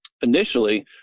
initially